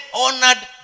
honored